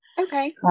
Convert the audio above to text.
okay